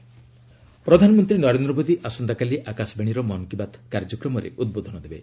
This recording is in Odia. ପିଏମ୍ ମନ୍ କୀ ବାତ୍ ପ୍ରଧାନମନ୍ତ୍ରୀ ନରେନ୍ଦ୍ର ମୋଦି ଆସନ୍ତାକାଲି ଆକାଶବାଣୀର ମନ୍ କୀ ବାତ୍ କାର୍ଯ୍ୟକ୍ରମରେ ଉଦ୍ବୋଧନ ଦେବେ